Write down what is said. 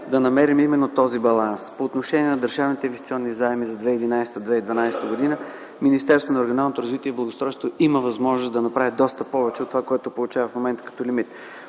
да намерим именно този баланс. По отношение на държавните инвестиционни заеми за 2011-2012 г., Министерството на регионалното развитие и благоустройството има възможност да направи доста повече от това, което получава в момента като лимит.